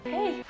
Hey